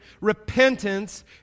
repentance